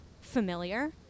familiar